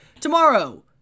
Tomorrow